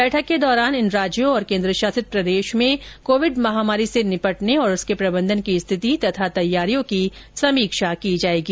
बैठक के दौरान इन राज्यों और केन्द्रशासित प्रदेश में कोविड महामारी से निपटने और उसके प्रबंधन की स्थिति तथा तैयारियों की समीक्षा की जाएगी